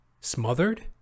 smothered